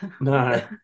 No